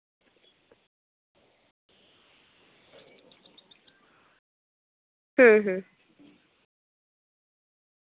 ᱦᱩᱸ ᱦᱩᱸ